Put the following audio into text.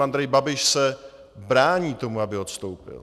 Andrej Babiš se brání tomu, aby odstoupil.